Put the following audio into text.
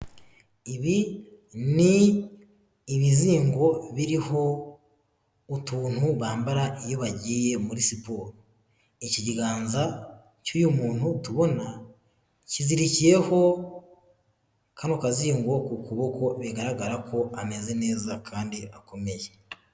Ibi ni ibizingo biriho utuntu bambara iyo bagiye muri siporo. Iki kiganza cy'uyu muntu tubona, kizirikiyeho kano kazingo ku kuboko, bigaragara ko ameze neza kandi akomeye.